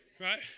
Right